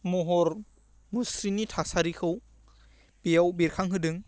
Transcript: महर मुस्रिनि थासारिखौ बेयाव बेरखांहोदों